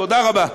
תודה רבה.